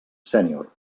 sènior